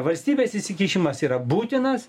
valstybės įsikišimas yra būtinas